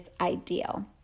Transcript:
ideal